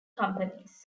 companies